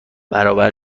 برابر